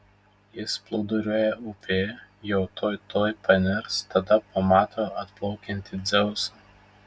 jis plūduriuoja upėje jau tuoj tuoj panirs tada pamato atplaukiantį dzeusą